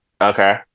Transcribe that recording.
Okay